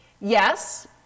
Yes